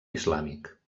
islàmic